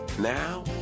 Now